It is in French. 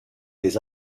des